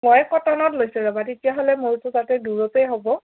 মই কটনত লৈছোঁ ৰ'বা তেতিয়াহ'লে মোৰোতো তাতে দূৰতে হ'ব